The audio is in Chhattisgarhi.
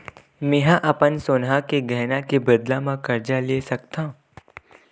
मेंहा अपन सोनहा के गहना के बदला मा कर्जा कहाँ ले सकथव?